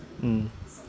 mm